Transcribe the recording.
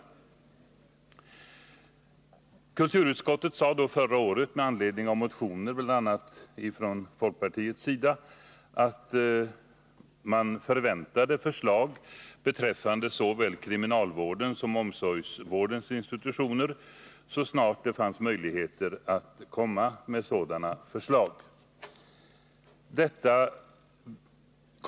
Kulturutskottet uttalade förra året med anledning av motioner, bl.a. från folkpartiet, att man förväntade sig förslag beträffande andlig vård vid såväl kriminalvårdens som omsorgsvårdens institutioner så snart det fanns möjligheter därtill.